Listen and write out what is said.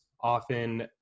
often